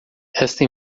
esta